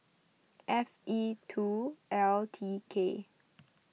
F E two L T K